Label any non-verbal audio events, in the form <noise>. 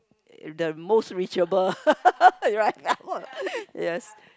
the most reachable <laughs> right now yes